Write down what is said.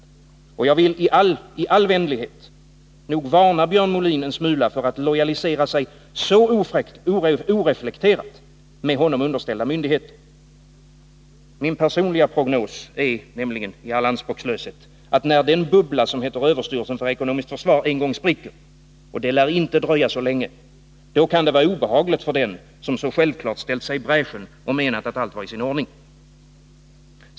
Och jag vill — i all vänlighet — varna Björn Molin för att "lojalisera sig så oreflekterat med honom underställda myndigheter. Min personliga prognos är nämligen i all anspråklöshet att när den bubbla som heter överstyrelsen för ekonomiskt försvar en gång spricker — och det lär inte dröja länge — då kan det vara obehagligt för den som så självklart gått i bräschen och menat att allt var i sin ordning.